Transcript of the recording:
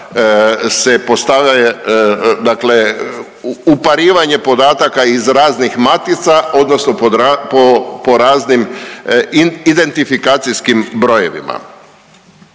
se postave dakle uparivanje podataka iz raznih matica, odnosno po raznim identifikacijskim brojevima.